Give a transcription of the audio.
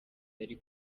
yari